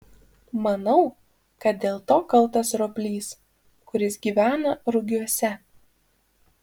manau kad dėl to kaltas roplys kuris gyvena rugiuose